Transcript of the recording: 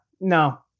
No